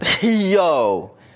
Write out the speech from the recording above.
Yo